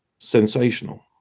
sensational